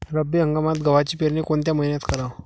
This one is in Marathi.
रब्बी हंगामात गव्हाची पेरनी कोनत्या मईन्यात कराव?